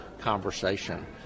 conversation